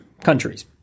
countries